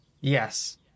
yes